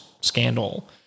scandal